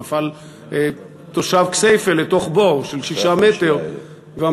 נפל תושב כסייפה לתוך בור של 6 מטר ומת.